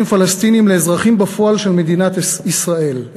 פלסטינים לאזרחים בפועל של מדינת ישראל,